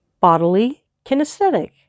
bodily-kinesthetic